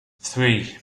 three